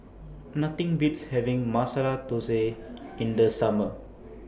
Nothing Beats having Masala Thosai in The Summer